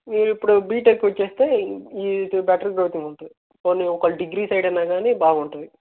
మీరిప్పుడు బీటెక్కు చేస్తే ఇది బెటర్ గ్రోత్ ఉంటుంది పోని ఒక డిగ్రీ సైడ్ అన్నా కానీ బాగుంటుంది